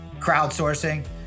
crowdsourcing